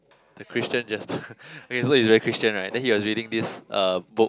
the Christian Jasper okay that is a Christian right then he was like reading this uh book